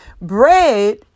bread